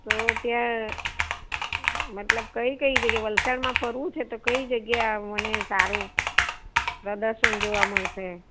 તો ત્યાં મતલબ કઈ કઈ જગ્યા વલસાડમાં ફરવું છે તો કઈ જગ્યા મને સારું પ્રદર્શન જોવા મળશે